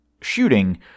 shooting